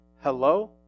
hello